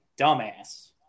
dumbass